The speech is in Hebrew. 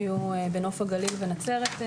היו בנוף הגליל ובנצרת.